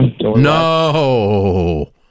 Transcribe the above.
No